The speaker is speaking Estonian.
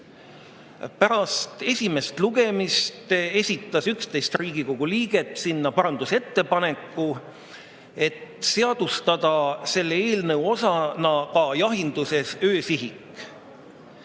Pärast esimest lugemist esitas 11 Riigikogu liiget parandusettepaneku, et seadustada selle eelnõu osana jahinduses öösihik.